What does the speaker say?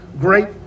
great